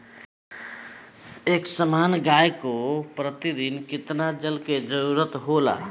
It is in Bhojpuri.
एक सामान्य गाय को प्रतिदिन कितना जल के जरुरत होला?